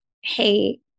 Hey